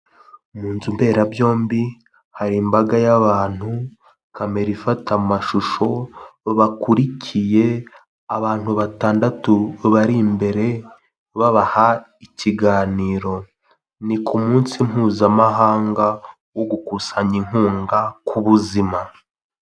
Mu nzu mberabyombi hari imbaga y'abantu Kamera ifata amashusho bakurikiye abantu batandatu bari imbere babaha ikiganiro, ni ku munsi mpuzamahanga wo gukusanya inkunga k'ubuzima.